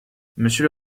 monsieur